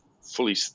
fully